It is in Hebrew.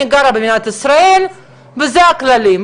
אני גרה במדינת ישראל ואלה הכללים.